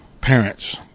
parents